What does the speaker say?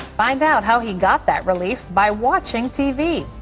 find out how he got that relief by watching tv.